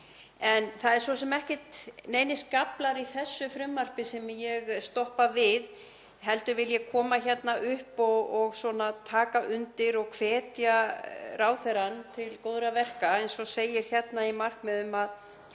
En það eru svo sem ekki neinir skaflar í þessu frumvarpi sem ég stoppa við heldur vil ég koma hingað upp og taka undir og hvetja ráðherrann til góðra verka, eins og segir hérna í markmiðum, að